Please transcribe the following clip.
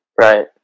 Right